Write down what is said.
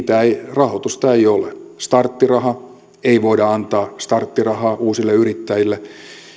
rahoitusta ei ole starttiraha ei voida antaa starttirahaa uusille yrittäjille